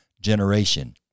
generation